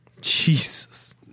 Jesus